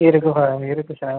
இருக்குபா இருக்கு சார்